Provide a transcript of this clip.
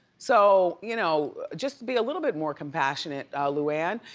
so, you know just be a little bit more compassionate luann.